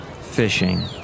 fishing